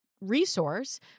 resource